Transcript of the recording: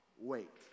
wait